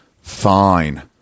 fine